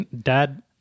Dad